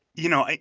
you know,